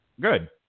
good